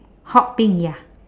hot pink ya